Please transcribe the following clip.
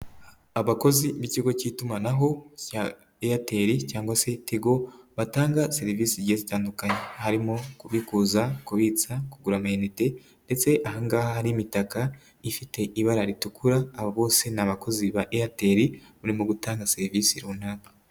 Abakozi b'ikigo k'itumanaho cya Airtel cyangwa se Tigo batanga serivise zigiye zitandukanye, harimo kubikuza, kubitsa, kugura amayinite ndetse aha ngaaha hari imitaka ifite ibara ritukura aba bose ni abakozi ba Airtel urimo gutanga serivise runaka.